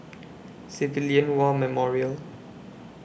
Civilian War Memorial